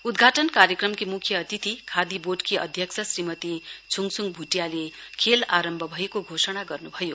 उद्घाटन कार्यक्रमकी मुख्य अतिथि खाढी बोर्डकी अध्यक्ष श्रीमती छुङछुङ भुटियाले खेल आरम्भ भएको घोषणा गर्नुभयो